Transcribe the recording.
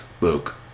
Luke